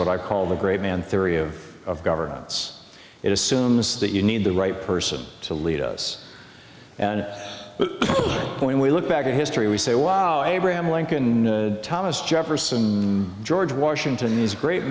what i call the great man three of governance it assumes that you need the right person to lead us and point we look back at history we say wow abraham lincoln thomas jefferson george washington these great